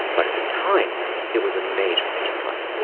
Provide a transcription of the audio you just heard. but at the time it was a major, major fight.